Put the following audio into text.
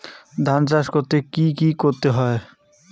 ধান চাষ করতে কি কি করতে হয়?